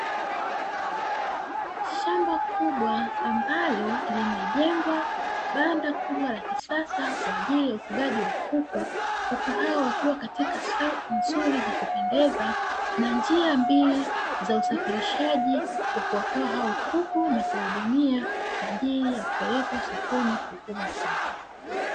Shamba kubwa ambalo limejengwa banda kubwa la kisasa kwa ajili ya ufugaji wa kuku, kuku hawa wakiwa katika safu nzuri za kupendeza na njia mbili za usafirishaji wa kuwatoa hao kuku na kuwa hudumia kwa ajili ya kupelekwa sokoni kuuzwa.